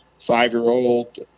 five-year-old